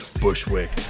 Bushwick